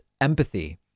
empathy